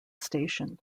station